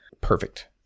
perfect